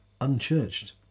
unchurched